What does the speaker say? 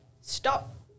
Stop